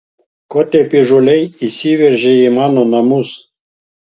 ko taip įžūliai įsiveržei į mano namus